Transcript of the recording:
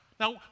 Now